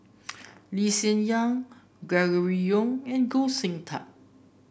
Lee Hsien Yang Gregory Yong and Goh Sin Tub